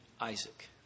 Isaac